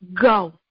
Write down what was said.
go